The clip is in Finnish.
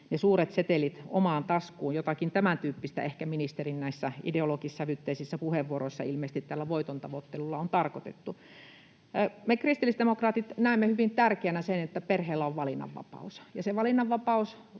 ne suuret setelit omaan taskuun. Jotakin tämäntyyppistä ehkä näissä ministerin ideologissävytteisissä puheenvuoroissa ilmeisesti tällä voitontavoittelulla on tarkoitettu. Me kristillisdemokraatit näemme hyvin tärkeänä sen, että perheillä on valinnanvapaus.